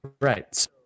Right